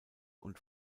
und